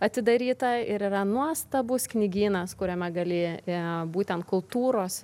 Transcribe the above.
atidaryta ir yra nuostabus knygynas kuriame gali būtent kultūros